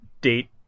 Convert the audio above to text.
date